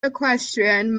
equestrian